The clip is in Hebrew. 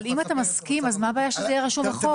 אבל אם אתה מסכים אז מה הבעיה שזה יהיה רשום בחוק?